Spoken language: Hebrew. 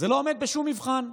זה לא עומד בשום מבחן.